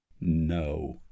no